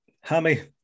Hammy